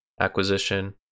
acquisition